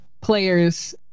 players